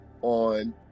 on